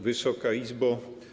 Wysoka Izbo!